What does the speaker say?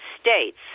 States